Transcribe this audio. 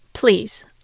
Please